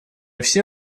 все